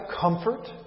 comfort